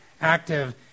active